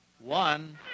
one